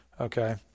okay